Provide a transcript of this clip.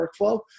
workflow